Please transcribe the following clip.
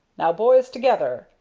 now, boys, altogether!